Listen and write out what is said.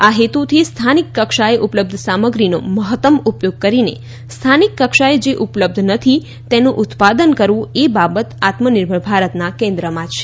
આ હેતુથી સ્થાનિક કક્ષાએ ઉપલબ્ધ સામગ્રીનો મહત્તમ ઉપયોગ કરીને સ્થાનિક કક્ષાએ જે ઉપલબ્ધ નથી તેનું ઉત્પાદન કરવું એ બાબત આત્મનિર્ભર ભારતના કેન્દ્રમાં છે